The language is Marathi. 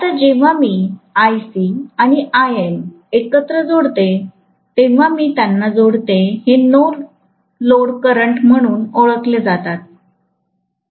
आता जेव्हा मी Ic आणि Im एकत्र जोडते तेव्हा मी त्यांना जोडते हे नो लोड करंट म्हणून ओळखले जातात